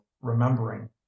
remembering